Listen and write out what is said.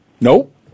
Nope